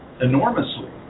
enormously